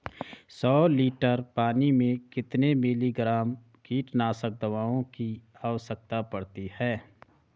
सौ लीटर पानी में कितने मिलीग्राम कीटनाशक दवाओं की आवश्यकता पड़ती है?